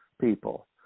people